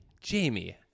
Jamie